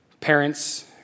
Parents